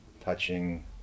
touching